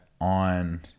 on